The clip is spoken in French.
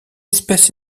espèce